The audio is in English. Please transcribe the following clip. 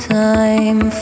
time